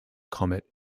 comet